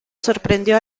sorprendió